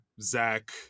Zach